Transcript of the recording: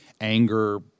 anger